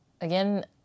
again